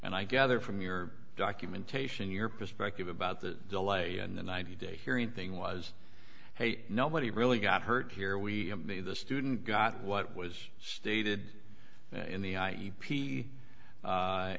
and i gather from your documentation your perspective about the delay and the ninety day hearing thing was hey nobody really got hurt here we be the student got what was stated in the i e p a